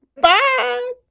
Bye